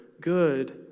good